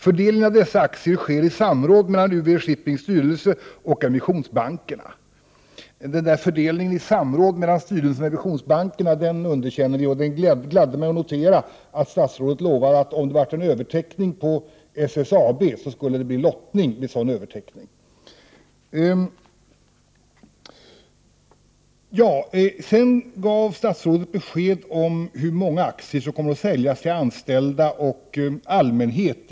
Fördelningen av dessa aktier sker i samråd med UV-Shippings styrelse och emissionsbankerna.” Fördelningen i samråd mellan styrelsen och emissionsbankerna underkänner vi, och det gladde mig att notera att statsrådet lovade att det, om det blev en överteckning på SSAB:s aktier, skulle bli lottning. Sedan gav statsrådet besked om hur många aktier i SSAB som kommer att säljas till anställda och till allmänheten.